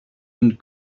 and